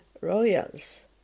royals